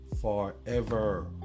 forever